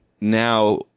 now